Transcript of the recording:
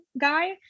guy